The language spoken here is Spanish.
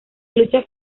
lucha